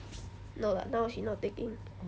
no lah now she not taking